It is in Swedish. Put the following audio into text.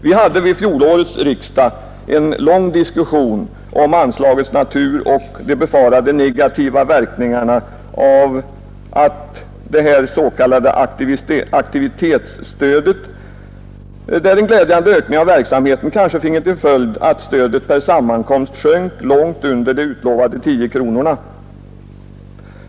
Vi hade vid fjolårets riksdag en lång diskussion om anslagets natur och de befarade negativa verkningarna av dets.k. aktivitetsstödet — en i och för sig glädjande ökning av verksamheten kunde få till följd att stödet per sammanträde sjönk till långt under de utlovade 10 kronorna.